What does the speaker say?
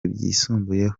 byisumbuyeho